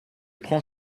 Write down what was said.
prend